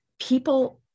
people